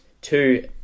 Two